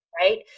Right